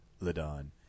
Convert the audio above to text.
Ladon